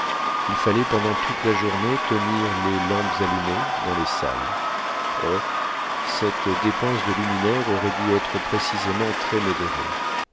il fallait pendant toute la journée tenir les lampes allumées dans les salles or cette dépense de luminaire aurait dû être précisément très modérée